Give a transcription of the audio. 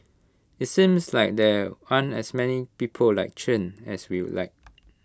IT seems like there aren't as many people like Chen as we'd like